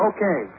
Okay